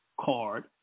card